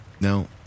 Now